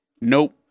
Nope